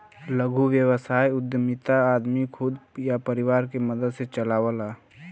लघु व्यवसाय उद्यमिता आदमी खुद या परिवार के मदद से चलावला